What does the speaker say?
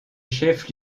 chef